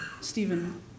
Stephen